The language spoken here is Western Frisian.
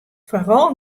foaral